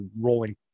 rolling